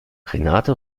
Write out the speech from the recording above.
renate